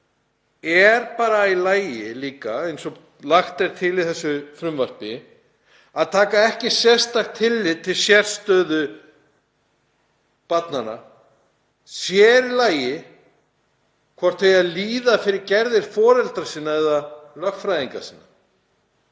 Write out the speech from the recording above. Er líka í lagi, eins og lagt er til í þessu frumvarpi, að taka ekki sérstakt tillit til sérstöðu barnanna, sér í lagi hvort þau eigi að líða fyrir gerðir foreldra sinna eða lögfræðinga sinna?